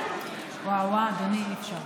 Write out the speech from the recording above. וואו, וואו, אדוני, אי-אפשר.